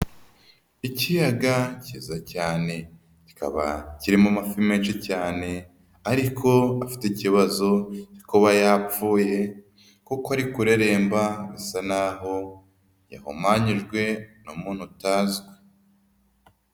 Ikiyaga kiza cyane kikaba kirimo amafi menshi cyane ariko afite ikibazo cyo kuba yapfuye, kuko ari kureremba bisa naho yahumanyijwe n'umuntu utazwi.